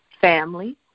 family